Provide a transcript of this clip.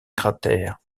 cratères